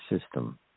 system